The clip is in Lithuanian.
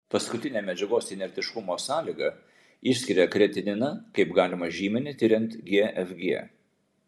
paskutinė medžiagos inertiškumo sąlyga išskiria kreatininą kaip galimą žymenį tiriant gfg